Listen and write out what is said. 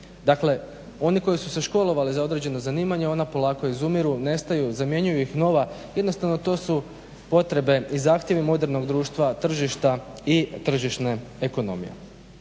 Dakle oni koji su se školovali za određeno zanimanja ona polako izumiru, nestaju i zamjenjuju ih nova, jednostavno to su potrebe i zahtjevi modernog društva tržišta i tržišne ekonomije.